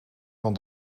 van